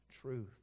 truth